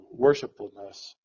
worshipfulness